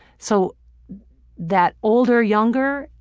so that older younger.